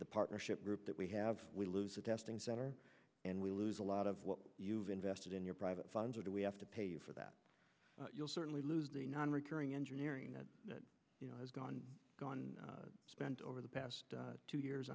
the partnership group that we have we lose the testing center and we lose a lot of what you've invested in your private funds or do we have to pay you for that you'll certainly lose the non recurring engineering that has gone gone spent over the past two years